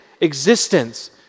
existence